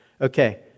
Okay